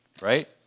right